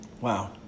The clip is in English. Wow